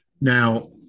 Now